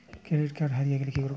Credit card হারিয়ে গেলে কি করব?